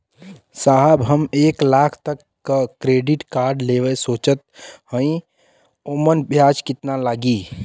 साहब हम एक लाख तक क क्रेडिट कार्ड लेवल सोचत हई ओमन ब्याज कितना लागि?